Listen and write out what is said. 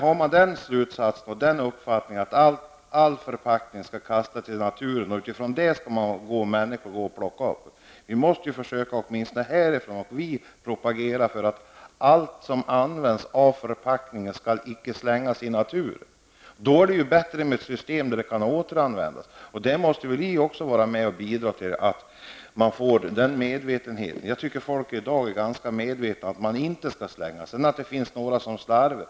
Har man uppfattningen att all förpackning skall kastas i naturen och att människor skall gå och plocka upp detta? Vi måste ju åtminstone härifrån propagera för att förpackningar icke skall slängas i naturen. Det är ju bättre med ett system där förpackningarna kan återanvändas. Vi måste väl också vara med och bidra till att man får en medvetenhet. Jag tycker att folk i dag är ganska medvetna om att man inte skall slänga förpackningar -- även om det sedan finns några som slarvar.